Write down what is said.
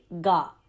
ga